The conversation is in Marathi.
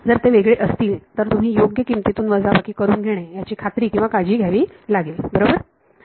जर ते वेगळे असतील तर तुम्ही योग्य किंमतीतून वजाबाकी करून घेणे याची खात्री किंवा काळजी घ्यावी लागेल बरोबर